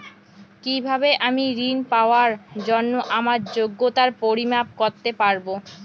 কিভাবে আমি ঋন পাওয়ার জন্য আমার যোগ্যতার পরিমাপ করতে পারব?